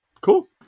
Cool